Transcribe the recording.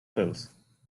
pills